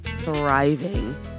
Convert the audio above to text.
thriving